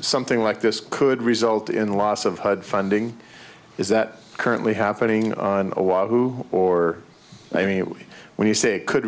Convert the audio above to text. something like this could result in loss of hud funding is that currently happening on oahu or i mean when you say it could